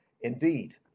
indeed